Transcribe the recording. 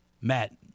Matt